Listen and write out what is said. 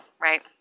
right